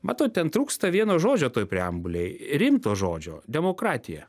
matau ten trūksta vieno žodžio toj preambulėj rimto žodžio demokratija